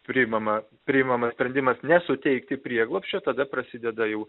priimama priimamas sprendimas nesuteikti prieglobsčio tada prasideda jau